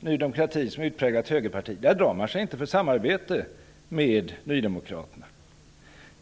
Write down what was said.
Ny demokrati som ett utpräglat högerparti -- för samarbete med Nydemokraterna.